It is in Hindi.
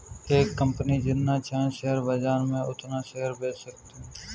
एक कंपनी जितना चाहे शेयर बाजार में उतना शेयर बेच सकती है